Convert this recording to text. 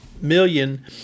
million